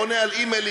עונה על אימיילים,